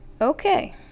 okay